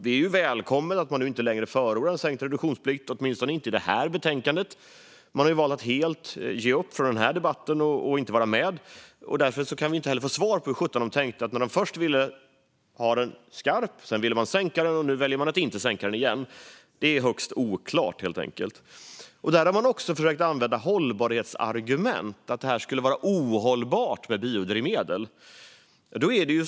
Det är ju välkommet att man inte längre förordar en sänkt reduktionsplikt, åtminstone inte i det här betänkandet. Man har valt att helt ge upp den här debatten och inte vara med, och därför kan vi inte få svar på hur sjutton man tänkte när man först ville ha den skarp, sedan ville sänka den och nu valde att inte sänka den. Det är högst oklart. Man har också försökt att använda hållbarhetsargument och argumenterat för att det skulle vara ohållbart med biodrivmedel.